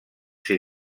sur